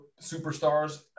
superstars